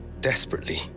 desperately